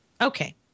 Okay